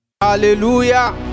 Hallelujah